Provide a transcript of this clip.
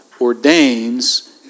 ordains